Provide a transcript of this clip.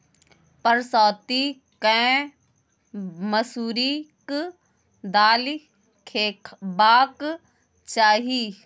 परसौती केँ मसुरीक दालि खेबाक चाही